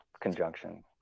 conjunction